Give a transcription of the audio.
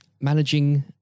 managing